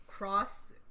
Cross